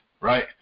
right